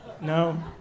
No